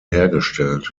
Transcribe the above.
hergestellt